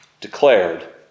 declared